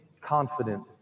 confident